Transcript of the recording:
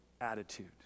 attitude